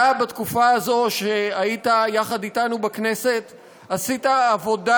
אתה, בתקופה הזו שהיית יחד אתנו בכנסת, עשית עבודה